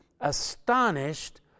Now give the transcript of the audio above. astonished